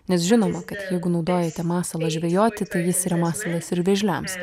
nes žinoma kad jeigu naudojate masalą žvejoti tai jis yra masalas ir vėžliams